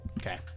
Okay